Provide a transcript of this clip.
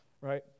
Right